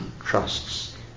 trusts